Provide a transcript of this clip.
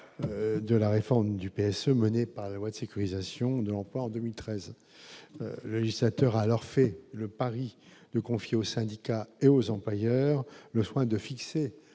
de la loi relative à la sécurisation de l'emploi en 2013. Le législateur avait alors fait le pari de confier aux syndicats et aux employeurs le soin de fixer